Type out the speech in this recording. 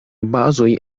bazoj